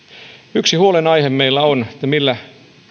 yksi huolenaihe meillä on se millä